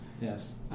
Yes